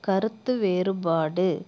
கருத்து வேறுபாடு